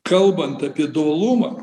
kalbant apie dualumą